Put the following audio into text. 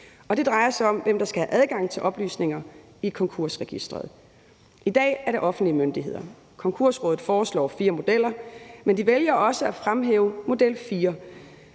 Det drejer sig om, hvem der skal have adgang til oplysninger i konkursregisteret. I dag er det offentlige myndigheder. Konkursrådet foreslår fire modeller, men de vælger også at fremhæve model